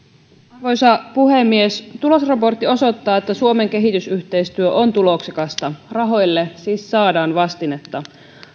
arvoisa puhemies tulosraportti osoittaa että suomen kehitysyhteistyö on tuloksekasta rahoille siis saadaan vastinetta